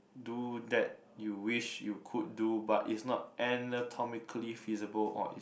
do that you wish you could do but is not anatomically feasible or is